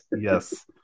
Yes